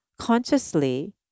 consciously